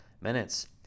minutes